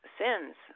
sins